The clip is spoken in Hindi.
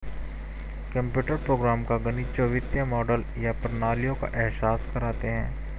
कंप्यूटर प्रोग्राम का गणित जो वित्तीय मॉडल या प्रणालियों का एहसास करते हैं